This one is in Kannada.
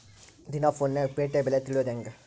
ದಿನಾ ಫೋನ್ಯಾಗ್ ಪೇಟೆ ಬೆಲೆ ತಿಳಿಯೋದ್ ಹೆಂಗ್?